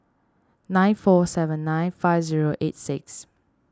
nine four seven nine five zero eight six